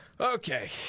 Okay